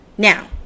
Now